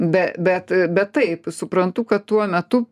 be bet bet taip suprantu kad tuo metu